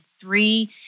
three